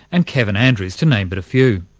and kevin andrews, to name but a few.